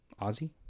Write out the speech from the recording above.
Ozzy